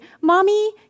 mommy